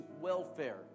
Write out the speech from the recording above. welfare